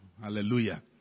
Hallelujah